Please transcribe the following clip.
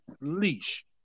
leash